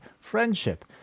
friendship